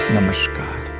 Namaskar